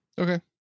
Okay